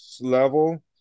level